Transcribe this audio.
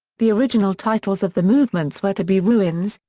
the original titles of the movements were to be ruins,